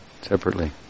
separately